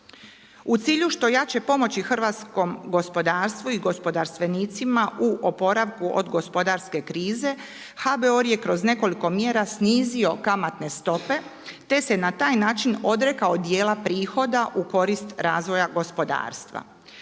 U cilju što jače pomoći hrvatskom gospodarstvu i gospodarstvenicima u oporavku od gospodarske krize HBOR je kroz nekoliko mjera snizio kamatne stope te se na taj način odrekao djela prihoda u korist razvoja gospodarstva.